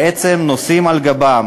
בעצם נושאים על גבם